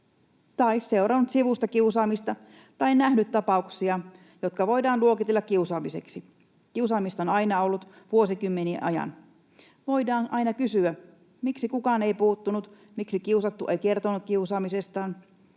tai seurannut sivusta kiusaamista tai nähnyt ta-pauksia, jotka voidaan luokitella kiusaamiseksi. Kiusaamista on aina ollut, vuosikymmenien ajan. Voidaan aina kysyä, miksi kukaan ei puuttunut, miksi kiusattu ei kertonut kiusaamisestaan.